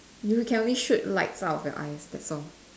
you can only shoot lights out of your eyes that's all